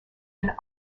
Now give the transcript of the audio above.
and